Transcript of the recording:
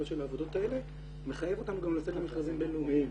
של העבודות האלה מחייבת אותנו גם לצאת למכרזים בין-לאומיים.